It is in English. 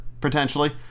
potentially